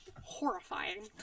horrifying